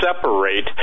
separate